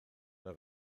mae